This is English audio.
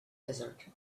desert